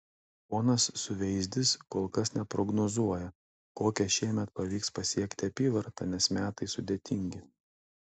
ponas suveizdis kol kas neprognozuoja kokią šiemet pavyks pasiekti apyvartą nes metai sudėtingi